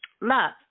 Love